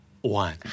one